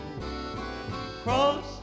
Cross